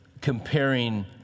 comparing